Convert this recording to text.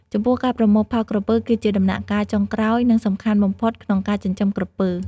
ចំពោះការប្រមូលផលក្រពើគឺជាដំណាក់កាលចុងក្រោយ និងសំខាន់បំផុតក្នុងការចិញ្ចឹមក្រពើ។